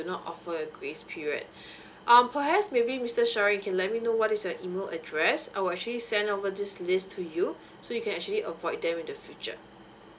do not offer a grace period um perhaps maybe mr sharen can let me know what is your email address I will actually send over this list to you so you can actually avoid them in the future